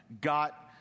got